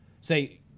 say